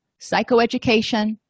psychoeducation